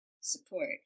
support